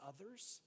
others